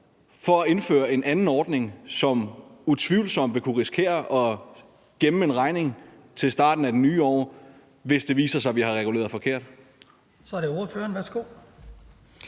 for at indføre en anden ordning, som utvivlsomt vil risikere at gemme en regning til starten af det nye år, hvis det viser sig, at vi har reguleret forkert?